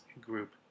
group